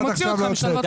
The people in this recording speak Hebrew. עד עכשיו לא הוצאתי.